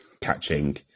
catching